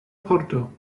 pordo